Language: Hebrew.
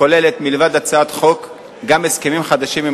הכוללת מלבד הצעת חוק גם הסכמים חדשים עם